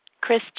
Chris